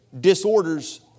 disorders